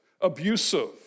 abusive